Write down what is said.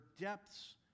depths